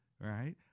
Right